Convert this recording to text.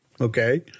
Okay